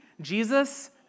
Jesus